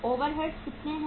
overhead कितने हैं